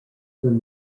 from